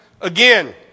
again